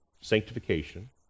sanctification